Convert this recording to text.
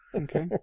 Okay